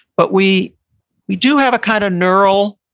but we we do have a kind of neural,